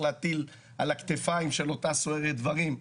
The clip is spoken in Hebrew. להטיל על הכתפיים של אותה סוהרת דברים,